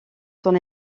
son